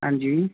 ہاں جی